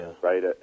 right